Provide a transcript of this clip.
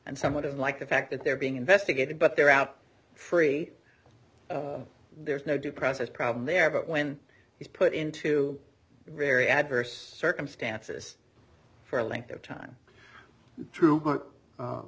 doesn't like the fact that they're being investigated but they're out free there's no due process problem there but when he's put into a very adverse circumstances for a length of time true